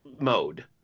mode